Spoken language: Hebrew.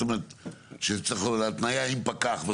שצריך התניה עם פקח,